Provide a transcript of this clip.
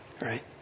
Right